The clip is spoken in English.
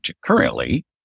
currently